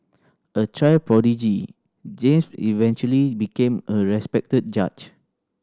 a child prodigy James eventually became a respected judge